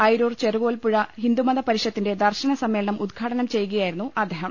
അയി രൂർ ചെറുകോൽപ്പുഴ ഹിന്ദുമത പരിഷത്തിന്റെ ദർശന സമ്മേളനം ഉദ്ഘാ ടനം ചെയ്യുകയായിരുന്നു അദ്ദേഹം